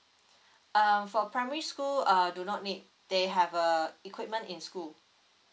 uh for primary school uh do not need they have uh equipment in school